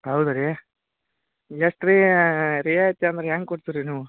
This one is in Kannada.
ಹೌದು ರೀ ಎಷ್ಟು ರೀ ರಿಯಾಯಿತಿ ಅಂದ್ರೆ ಹ್ಯಾಂಗೆ ಕೊಡ್ತೀರಿ ನೀವು